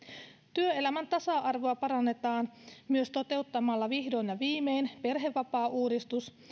työelämän tasa arvoa parannetaan myös toteuttamalla vihdoin ja viimein perhevapaauudistus